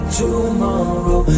tomorrow